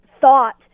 thought